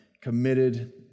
committed